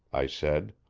i said.